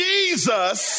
Jesus